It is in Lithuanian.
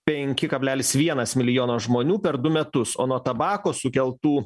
penki kablelis vienas milijono žmonių per du metus o nuo tabako sukeltų